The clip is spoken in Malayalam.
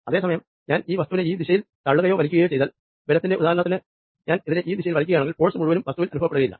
അതെ സമയം ഞാൻ ഈ വസ്തുവിനെ ഈ ദിശയിൽ തള്ളുകയോ വലിക്കുകയോ ചെയ്താൽ ബലത്തിന്റെ ഉദാഹരണത്തിന് ഞാൻ ഇതിനെ ഈ ദിശയിൽ വലിക്കുകയാണെങ്കിൽ ഫോഴ്സ് മുഴുവനും വസ്തുവിൽ അനുഭവപ്പെടുകയില്ല